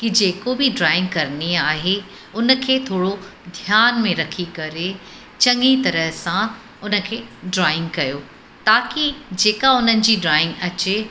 कि जेको बि ड्रॉइंग करिणी आहे हुनखे थोरो ध्यान में रखी करे चङी तरह सां हुनखे ड्रॉइंग कयो ताकि जेका उन्हनि जी ड्रॉइंग अचे